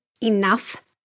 enough